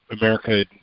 America